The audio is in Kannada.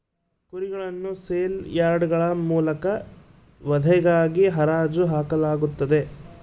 ಕುರಿಗಳನ್ನು ಸೇಲ್ ಯಾರ್ಡ್ಗಳ ಮೂಲಕ ವಧೆಗಾಗಿ ಹರಾಜು ಹಾಕಲಾಗುತ್ತದೆ